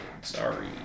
Sorry